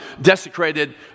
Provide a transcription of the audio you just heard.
desecrated